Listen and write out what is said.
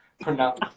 pronounce